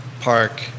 park